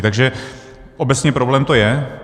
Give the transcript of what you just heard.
Takže obecně problém to je.